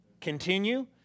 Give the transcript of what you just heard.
Continue